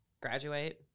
Graduate